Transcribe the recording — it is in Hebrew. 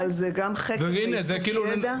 אבל זה גם חקר ואיסוף ידע.